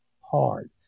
hard